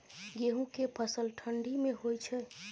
गेहूं के फसल ठंडी मे होय छै?